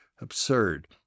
absurd